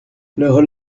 leurs